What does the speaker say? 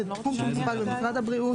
זה תחום שמטופל במשרד הבריאות.